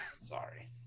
Sorry